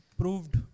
proved